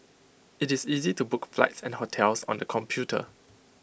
IT is easy to book flights and hotels on the computer